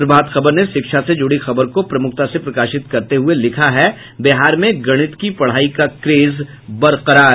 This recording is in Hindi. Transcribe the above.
प्रभात खबर ने शिक्षा से जुड़ी खबर को प्रमुखता से प्रकाशित करते हुये लिखा है बिहार में गणित की पढ़ाई का क्रेज बरकरार